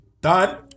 done